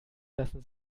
lassen